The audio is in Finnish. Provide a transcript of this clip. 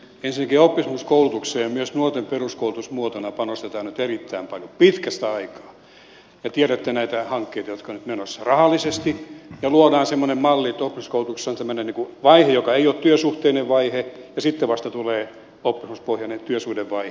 ensinnäkin oppisopimuskoulutukseen ja myös nuorten peruskoulutusmuotona panostetaan nyt erittäin paljon pitkästä aikaa rahallisesti ja tiedätte näitä hankkeita jotka nyt ovat menossa ja luodaan semmoinen malli että oppisopimuskoulutuksessa on tämmöinen vaihe joka ei ole työsuhteinen vaihe ja sitten vasta tulee oppisopimuspohjainen työsuhdevaihe